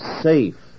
safe